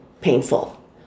painful